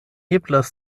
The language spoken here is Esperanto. eblas